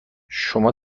شما